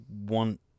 want